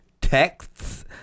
Texts